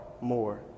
more